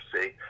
see